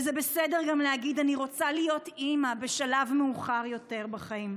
וזה בסדר גם להגיד: אני רוצה להיות אימא בשלב מאוחר יותר בחיים.